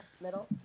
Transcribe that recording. middle